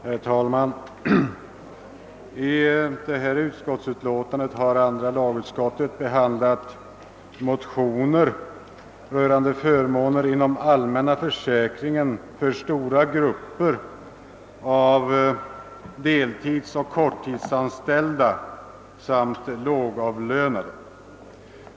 Herr talman! I detta utskottsutlåtande har andra lagutskottet behandlat motioner rörande förmåner inom allmänna försäkringen för stora grupper av deltidsoch korttidsanställda samt lågavlönade.